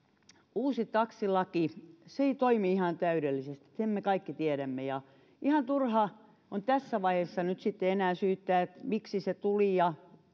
uusi taksilaki ei toimi ihan täydellisesti sen me kaikki tiedämme ja ihan turha on tässä vaiheessa nyt sitten enää syyttää miksi se tuli ja